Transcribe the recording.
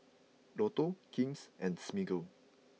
Lotto King's and Smiggle